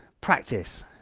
practice